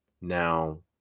Now